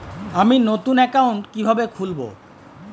আমি নতুন অ্যাকাউন্ট কিভাবে খুলব?